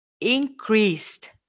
increased